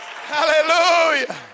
Hallelujah